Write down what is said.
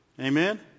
Amen